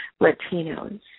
Latinos